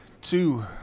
two